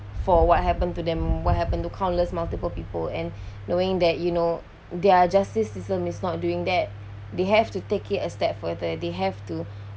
for what happened to them what happened to countless multiple people and knowing that you know their justice system is not doing that they have to take it a step further they have to